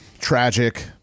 tragic